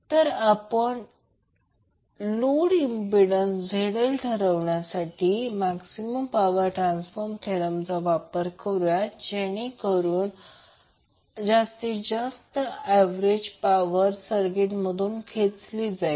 तर आपण भार इम्पिडंस ZL ठरविण्यासाठी मैक्सिमम पावर ट्रान्सफर थेरमचा वापर करूया जेणेकरून जास्तीत जास्त एवरेज पावर सर्किट मधून खेचली जाईल